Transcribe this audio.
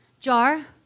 jar